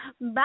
bye